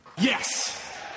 Yes